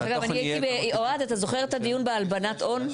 דרך אגב, אוהד, אתה זוכר את הדיון בהלבנת הון?